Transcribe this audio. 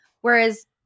Whereas